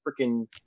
freaking –